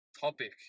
topic